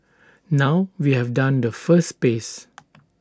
now we have done the first phase